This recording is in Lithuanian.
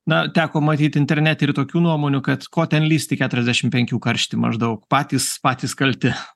na teko matyt internete ir tokių nuomonių kad ko ten lįsti į keturiasdešimt penkių karštį maždaug patys patys kalti